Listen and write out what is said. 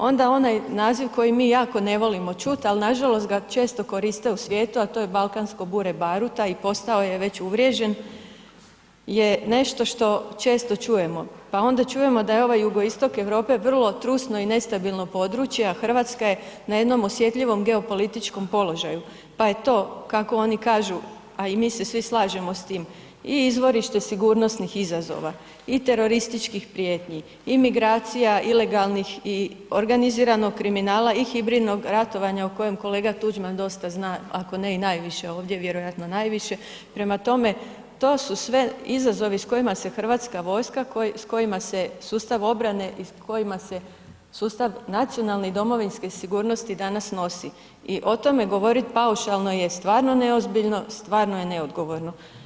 Onda onaj naziv koji mi jako ne volimo čut, ali nažalost ga često koriste u svijetu, a to je balkansko bure baruta i postao je već uvriježen je nešto što često čujemo, pa onda čujemo da je ovaj jugoistok Europe vrlo trusno i nestabilno područje, a RH je na jednom osjetljivom geopolitičkom položaju, pa je to, kako oni kažu, a i mi se svi slažemo s tim i izvorište sigurnosnih izazova i terorističkih prijetnji i migracija ilegalnih i organiziranog kriminala i hibridnog ratovanja o kojem kolega Tuđman dosta zna, ako ne i najviše ovdje, vjerojatno najviše, prema tome, to su sve izazovi s kojima se Hrvatska vojska, s kojima se sustav obrane i s kojima se sustav nacionalne i domovinske sigurnosti danas nosi i o tome govorit paušalno je stvarno neozbiljno, stvarno je neodgovorno.